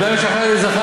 יכולת גם לשכנע את זחאלקה.